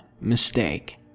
mistake